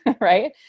right